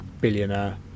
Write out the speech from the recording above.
billionaire